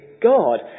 God